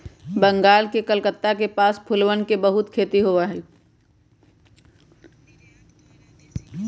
बंगाल के कलकत्ता के पास फूलवन के बहुत खेती होबा हई